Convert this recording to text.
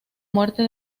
muerte